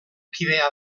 kidea